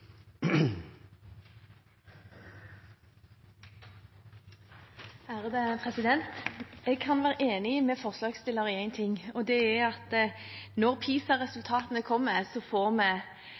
Jeg kan være enig med forslagsstillerne i én ting, og det er at når PISA-resultatene kommer, får vi